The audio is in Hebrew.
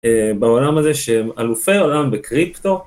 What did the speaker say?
בעולם הזה שהם אלופי העולם בקריפטו